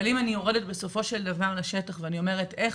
אבל אם אני יורדת בסופו של דבר לשטח ואני שואלת איך